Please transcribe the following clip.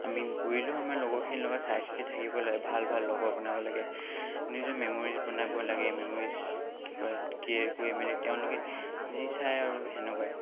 আমি ঘূৰিলেও আমাৰ লগৰখিনিৰ লগত চাই চিতি ভাল ভাল লগৰ বনাব লাগে নিজৰ মেম'ৰিজ বনাব লাগে মেম'ৰিজ কি কয় ক্ৰীয়েট কৰি মেলি তেওঁলোকে যি চাই আৰু সেনেকুৱাই